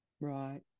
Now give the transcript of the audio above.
Right